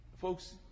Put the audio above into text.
Folks